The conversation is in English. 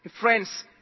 Friends